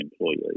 employee